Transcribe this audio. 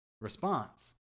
response